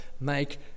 make